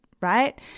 right